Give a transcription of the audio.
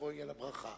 תבואי על הברכה.